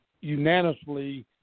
unanimously